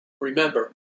remember